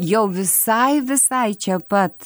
jau visai visai čia pat